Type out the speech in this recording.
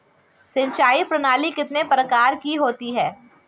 सिंचाई प्रणाली कितने प्रकार की होती है?